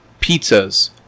pizzas